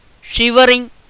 shivering